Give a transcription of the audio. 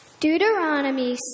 Deuteronomy